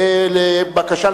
בבקשה,